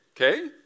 okay